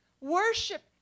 Worship